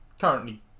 currently